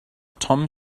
tom